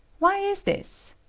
why is this?